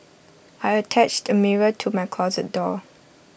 I attached A mirror to my closet door